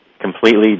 completely